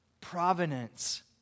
provenance